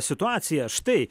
situaciją štai